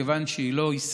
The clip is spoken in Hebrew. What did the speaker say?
אך מכיוון שהיא לא ישראלית,